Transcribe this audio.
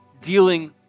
dealing